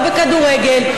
לא בכדורגל,